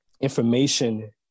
information